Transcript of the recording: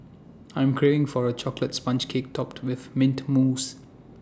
I am craving for A Chocolate Sponge Cake Topped with Mint Mousse